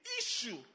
issue